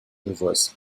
rivers